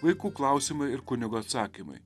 vaikų klausimai ir kunigo atsakymai